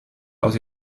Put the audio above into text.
aus